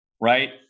right